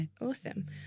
awesome